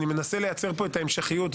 אני מנסה לייצר פה את ההמשכיות,